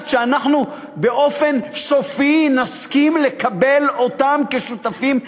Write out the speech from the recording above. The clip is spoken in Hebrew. שאנחנו באופן סופי נסכים לקבל אותם כשותפים מלאים?